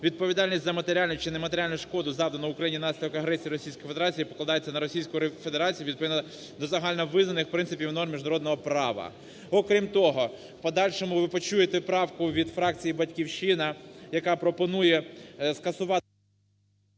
відповідальність за матеріальну чи нематеріальну шкоду завдану Україні внаслідок агресії Російської Федерації покладається на Російську Федерацію відповідно до загальновизнаних принципів норм міжнародного права. Окрім того, в подальшому ви почуєте правку від фракції "Батьківщина", яка пропонує скасувати…